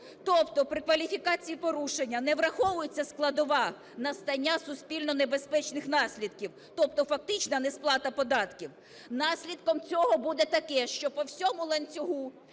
Тобто при кваліфікації порушення не враховується складова настання суспільно-небезпечних наслідків, тобто фактично несплата податків. Наслідком цього буде таке, що по всьому ланцюгу,